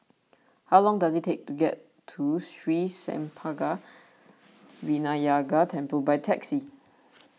how long does it take to get to Sri Senpaga Vinayagar Temple by taxi